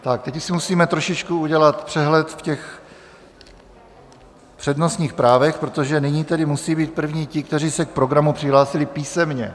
Teď už si musíme trošičku udělat přehled v přednostních právech, protože nyní tedy musí být první ti, kteří se k programu přihlásili písemně.